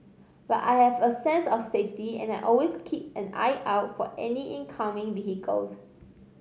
but I have a sense of safety and I always keep an eye out for any incoming vehicles